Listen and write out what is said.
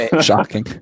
Shocking